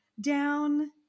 Down